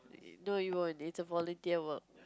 no you won't is a volunteer work